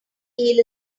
eel